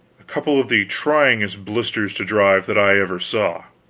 a couple of the tryingest blisters to drive that i ever saw.